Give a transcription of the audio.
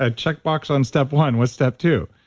ah checkbox on step one, what's step two?